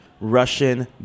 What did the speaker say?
Russian